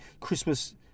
Christmas